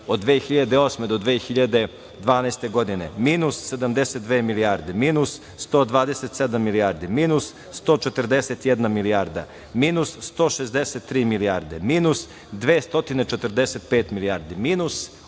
od 2008. do 2012. godine – minus 72 milijarde, minus 127 milijardi, minus 141 milijarda, minus 163 milijarde, minus 245 milijarde, minus